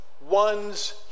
ones